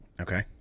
Okay